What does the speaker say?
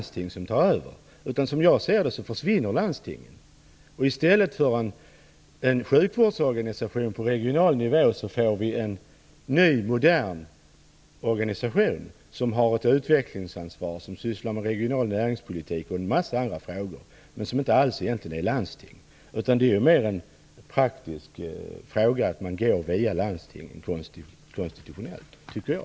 Som jag ser det försvinner landstingen. I stället för en sjukvårdsorganisation på regional nivå får vi en ny modern organisation som har ett utvecklingsansvar och som sysslar med regional näringspolitik och en massa andra frågor som egentligen inte alls är landstingsfrågor. Det är ju mer en praktisk fråga att man konstitutionellt går via landstinget, tycker jag.